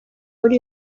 muri